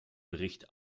bericht